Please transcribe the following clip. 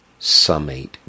summate